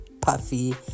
puffy